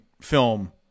film